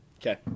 Okay